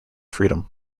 freedom